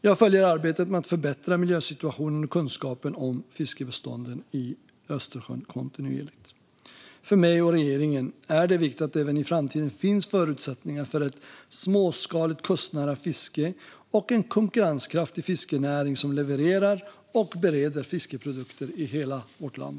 Jag följer arbetet med att förbättra miljösituationen och kunskapen om fiskbestånden i Östersjön kontinuerligt. För mig och regeringen är det viktigt att det även i framtiden finns förutsättningar för ett småskaligt kustnära fiske och en konkurrenskraftig fiskerinäring som levererar och bereder fiskeriprodukter i hela vårt land.